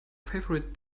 favorite